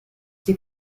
sie